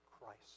Christ